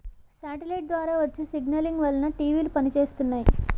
satellite ద్వారా వచ్చే signalling వలన టీవీలు పనిచేస్తున్నాయి